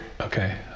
okay